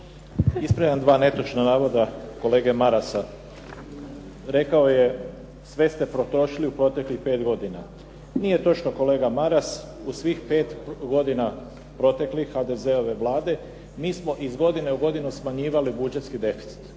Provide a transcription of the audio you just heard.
Ispravljam 2 netočna navoda kolege Marasa. Rekao je sve ste potrošili u proteklih 5 godina. Nije točno kolega Maras. U svih 5 godina proteklih HDZ-ove Vlade mi smo iz godine u godinu smanjivali budžetski deficit.